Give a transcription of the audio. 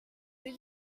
rue